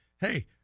hey